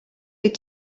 wyt